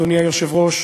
אדוני היושב-ראש,